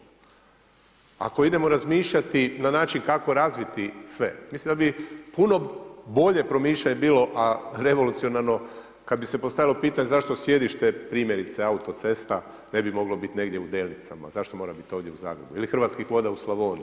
Ako idemo razmišljati na način kako razviti sve, mislim da bi puno bolje promišljanje bilo, a revolucionarno kad bi se postavilo pitanje zašto sjedište primjerice Autocesta ne bi moglo biti negdje u Delnicama, zašto mora biti ovdje u Zagrebu ili Hrvatskih voda u Slavoniji?